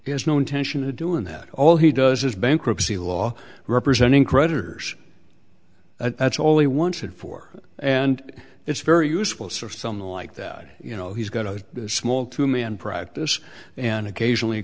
he has no intention of doing that all he does is bankruptcy law representing creditors that's all he wanted for and it's very useful sort of something like that you know he's got a small to me and practice and occasionally